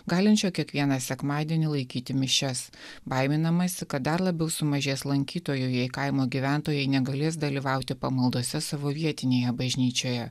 galinčio kiekvieną sekmadienį laikyti mišias baiminamasi kad dar labiau sumažės lankytojų jei kaimo gyventojai negalės dalyvauti pamaldose savo vietinėje bažnyčioje